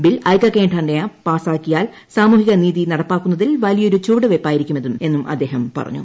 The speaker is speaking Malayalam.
ബിൽ ഐക്യകണ്ഠേന പാസ്സാക്കിയാൽ സാമൂഹിക നീതി നടപ്പാക്കുന്നതിൽ വലിയൊരു ചുവടു വെയ്പ്പായിരിക്കുമെന്നും അദ്ദേഹം പറഞ്ഞു